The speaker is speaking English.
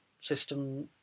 system